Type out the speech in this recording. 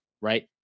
right